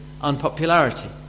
unpopularity